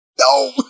No